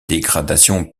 dégradations